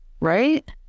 right